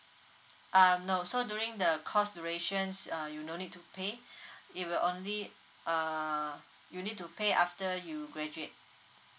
um no so during the course durations uh you no need to pay it will only uh you need to pay after you graduate